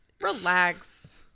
Relax